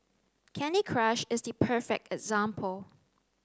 Candy Crush is the perfect example